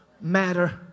matter